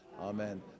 Amen